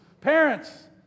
Parents